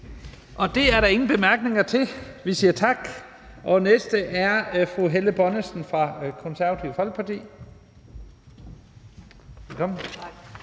Det er der ingen korte bemærkninger til, så vi siger tak. Den næste er fru Helle Bonnesen fra Det Konservative Folkeparti. Velkommen. Kl.